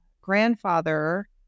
grandfather